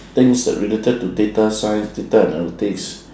things that related to data science data analytics